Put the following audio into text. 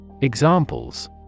Examples